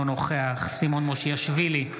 אינו נוכח סימון מושיאשוילי,